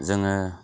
जोङो